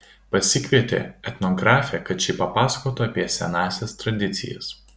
pasikvietė etnografę kad ši papasakotų apie senąsias tradicijas